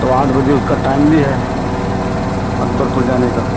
तो आठ बजे उसका टाइमली है अकबरपुर जाने का